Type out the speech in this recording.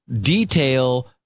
detail